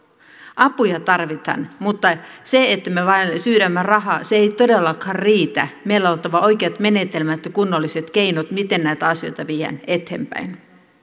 apuja tarvitaan mutta se että me vain syydämme rahaa ei todellakaan riitä meillä on oltava oikeat menetelmät ja kunnolliset keinot miten näitä asioita viedään eteenpäin